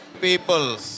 People